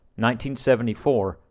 1974